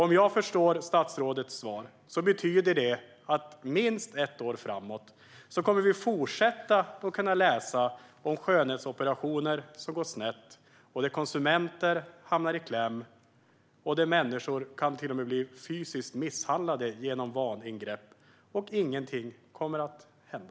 Om jag har förstått statsrådets svar betyder detta att vi under minst ett år framåt kommer att kunna fortsätta att läsa om skönhetsoperationer som går snett och där konsumenter hamnar i kläm och människor till och med kan bli fysiskt misshandlade genom vaningrepp, men att inget kommer att hända.